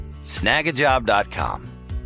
Snagajob.com